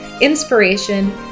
inspiration